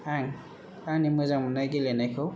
आं आंनि मोजां मोननाय गेलेनायखौ